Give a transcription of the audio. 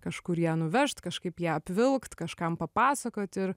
kažkur ją nuvežt kažkaip ją apvilkt kažkam papasakot ir